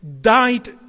died